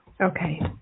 Okay